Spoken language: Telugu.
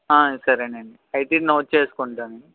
సరేనండి అయితే ఇది నోట్ చేసుకుంటాను